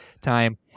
time